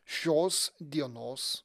šios dienos